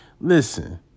Listen